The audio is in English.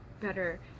better